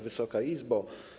Wysoka Izbo!